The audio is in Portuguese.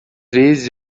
vezes